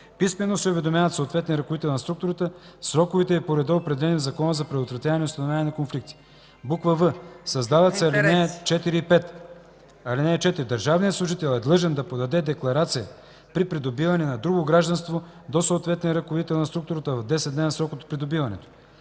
писмено се уведомява съответният ръководител на структурата в сроковете и по реда, определени в Закона за предотвратяване и установяване на конфликт на интереси.“ в) създават се ал. 4 и 5: „(4) Държавният служител е длъжен да подаде декларация при придобиване на друго гражданство до съответния ръководител на структурата в 10-дневен срок от придобиването.